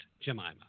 Jemima